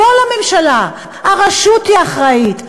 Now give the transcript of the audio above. לא לממשלה, הרשות היא האחראית.